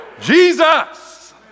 Jesus